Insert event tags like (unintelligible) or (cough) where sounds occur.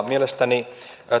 (unintelligible) mielestäni